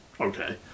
okay